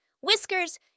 Whiskers